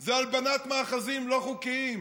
זה הלבנת מאחזים לא חוקיים.